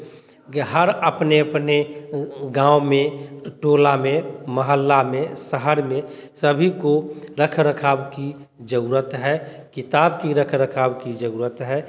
गे हर अपने अपने गाँव में टोला में महल्ला में शहर में सभी को रखा रखाव की ज़रूरत है किताब की रख रखाव की ज़रूरत है